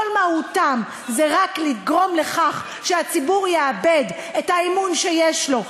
מהותן זה רק לגרום לכך שהציבור יאבד את האמון שיש לו,